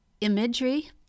imagery